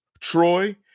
Troy